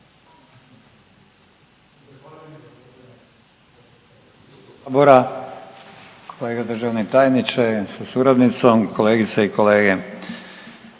Hvala